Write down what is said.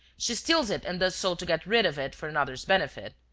she steals it and does so to get rid of it for another's benefit.